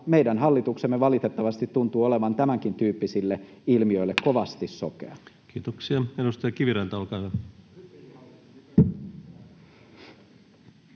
meidän hallituksemme valitettavasti tuntuu olevan tämänkin tyyppisille ilmiöille kovasti sokea. Kiitoksia. — Edustaja Kiviranta, olkaa hyvä.